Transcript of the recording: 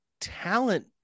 talent –